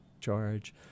charge